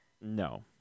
No